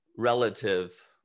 relative